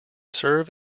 serve